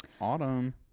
Autumn